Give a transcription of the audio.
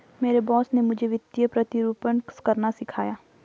मेरे बॉस ने मुझे वित्तीय प्रतिरूपण करना सिखाया